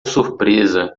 surpresa